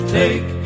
take